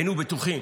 היינו בטוחים